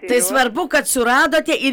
tai svarbu kad suradote ir